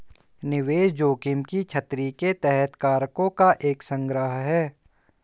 निवेश जोखिम की छतरी के तहत कारकों का एक संग्रह है